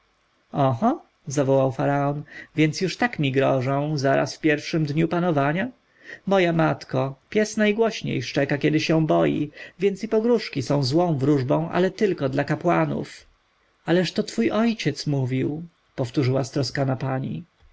oho zawołał faraon więc już tak mi grożą zaraz w pierwszym dniu panowania moja matko pies najgłośniej szczeka kiedy się boi więc i pogróżki są złą wróżbą ale tylko dla kapłanów ależ to twój ojciec mówi powtórzyła stroskana pani